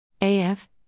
AF